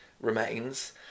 remains